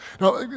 Now